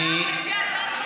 הקואליציה תומכת בהצעת החוק.